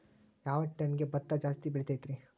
ಯಾವ ಟೈಮ್ಗೆ ಭತ್ತ ಜಾಸ್ತಿ ಬೆಳಿತೈತ್ರೇ?